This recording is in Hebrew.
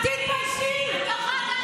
תתביישי.